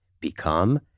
become